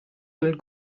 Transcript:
nel